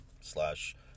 slash